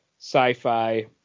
Sci-Fi